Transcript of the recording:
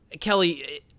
Kelly